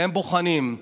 והם בוחנים.